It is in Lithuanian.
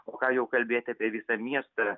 o ką jau kalbėti apie visą miestą